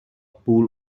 pool